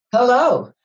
Hello